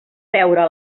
veure